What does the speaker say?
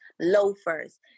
loafers